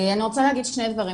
אני רוצה להגיד שני דברים,